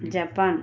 Japan